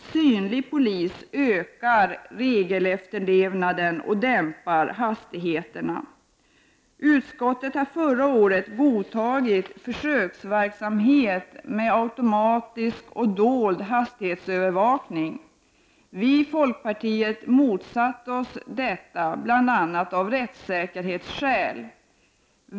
Synlig polis ökar regelefterlevnaden och dämpar hastigheterna. Utskottet tillstyrkte förra året en försöksverksamhet med automatisk och dold hastighetsövervakning. Vi i folkpartiet motsatte oss detta bl.a. av rättssäkerhetsskäl.